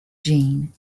gene